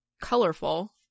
colorful